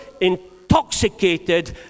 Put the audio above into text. intoxicated